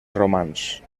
romans